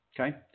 Okay